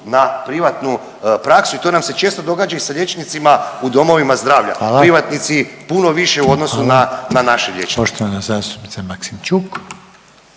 na privatnu praksu i to nam se često događa i sa liječnicima u domovima zdravlja. …/Upadica Reiner: Hvala./… Privatnici puno više u odnosu na naše liječnike.